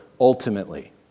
ultimately